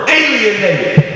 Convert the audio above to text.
alienated